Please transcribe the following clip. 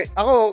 ako